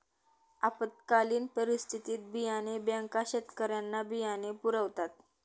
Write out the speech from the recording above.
आपत्कालीन परिस्थितीत बियाणे बँका शेतकऱ्यांना बियाणे पुरवतात